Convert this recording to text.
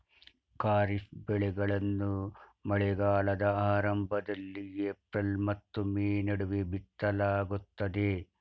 ಖಾರಿಫ್ ಬೆಳೆಗಳನ್ನು ಮಳೆಗಾಲದ ಆರಂಭದಲ್ಲಿ ಏಪ್ರಿಲ್ ಮತ್ತು ಮೇ ನಡುವೆ ಬಿತ್ತಲಾಗುತ್ತದೆ